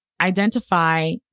identify